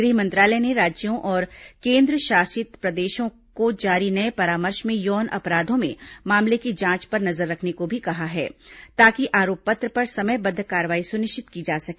गृह मंत्रालय ने राज्यों और केंद्रशासित प्रदेशों को जारी नये परामर्श में यौन अपराधों में मामले की जांच पर नजर रखने को भी कहा है ताकि आरोप पत्र पर समयबद्ध कार्रवाई सुनिश्चित की जा सके